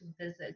visit